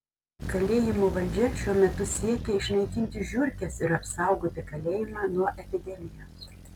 kalėjimo valdžia šiuo metu siekia išnaikinti žiurkes ir apsaugoti kalėjimą nuo epidemijos